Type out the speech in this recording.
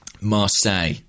Marseille